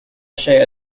الشيء